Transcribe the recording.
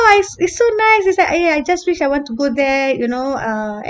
!wow! it's it's so nice it's like !aiya! I just wish I want to go there you know uh